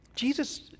Jesus